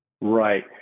Right